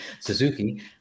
Suzuki